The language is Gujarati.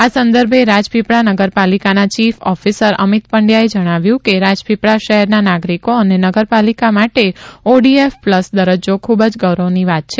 આ સંદર્ભે રાજપીપળા નગરપાલિકાના ચીફ ઓફિસર અમિત પંડયાએ જણાવ્યું કે રાજપીપળા શહેરના નાગરિકો અને નગરપાલિકા માટે ઓડીએફ પ્લસ દરજજો ખૂબ જ ગૌરવની વાત છે